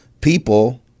people